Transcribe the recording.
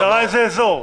ההגדרה זה אזור.